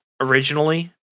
originally